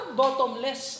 bottomless